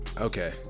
Okay